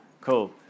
Cool